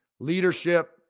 leadership